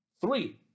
Three